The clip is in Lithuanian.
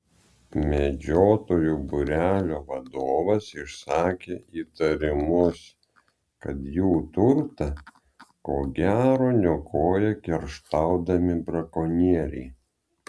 medžiotojų būrelio vadovas išsakė įtarimus kad jų turtą ko gero niokoja kerštaudami brakonieriai